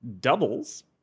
doubles